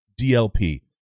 DLP